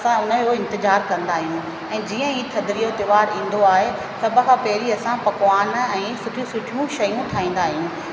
असां उन जो इंतिज़ार कंदा आहियूं ऐं जीअं ई थधिड़ीअ त्योहार ईंदो आहे सभ खां पहिरीं असां पकवान ऐं सुठियूं सुठियूं शयूं ठाहींदा आहियूं